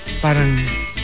parang